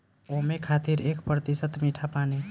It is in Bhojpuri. ओमें खातिर एक प्रतिशत मीठा पानी